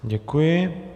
Děkuji.